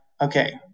okay